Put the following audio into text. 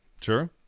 Sure